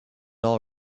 all